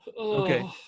Okay